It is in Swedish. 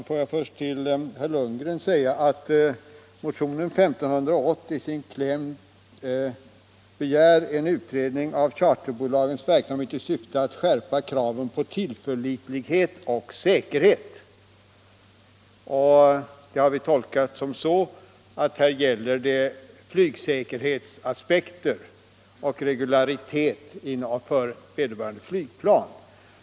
Herr talman! I motionen 1581 begärs i yrkandet ”en utredning av charterbolagens verksamhet i syfte att skärpa kraven på tillförlitlighet och säkerhet”. Detta har vi tolkat så att frågan gäller flygsäkerhetsaspekter och regularitet för vederbörande flygplan.